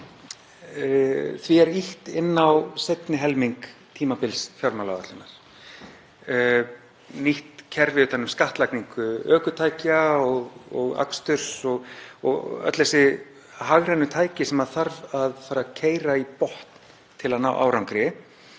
er ýtt inn á seinni helming tímabils fjármálaáætlunar. Nýtt kerfi utan um skattlagningu ökutækja og aksturs og öll þessi hagrænu tæki sem þarf að fara að keyra í botn til að ná árangri